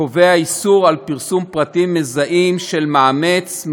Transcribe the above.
קובע איסור על פרסום פרטים מזהים של מאמץ,